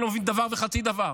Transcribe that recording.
שלא מבין דבר וחצי דבר.